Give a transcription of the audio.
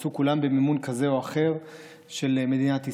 ויצאו כולם במימון כזה או אחר של מדינת ישראל.